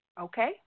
Okay